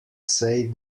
say